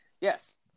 Yes